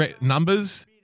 numbers